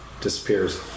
Disappears